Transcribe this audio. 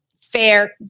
fair